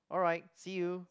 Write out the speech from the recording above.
alright see you